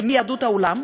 מיהדות העולם,